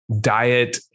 diet